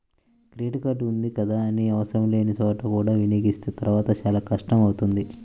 credit card ఉంది కదా అని ఆవసరం లేని చోట కూడా వినియోగిస్తే తర్వాత చాలా కష్టం అవుతుంది